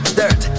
dirt